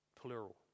Plural